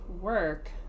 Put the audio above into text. work